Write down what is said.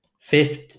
Fifth